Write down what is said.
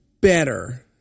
Better